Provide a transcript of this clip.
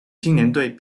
青年队